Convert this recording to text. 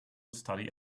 study